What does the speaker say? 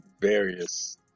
various